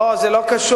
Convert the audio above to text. לא, זה לא קשור.